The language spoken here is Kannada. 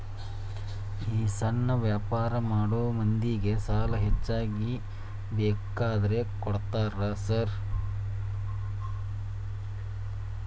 ಈ ಸಣ್ಣ ವ್ಯಾಪಾರ ಮಾಡೋ ಮಂದಿಗೆ ಸಾಲ ಹೆಚ್ಚಿಗಿ ಬೇಕಂದ್ರ ಕೊಡ್ತೇರಾ ಸಾರ್?